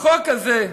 החוק הזה,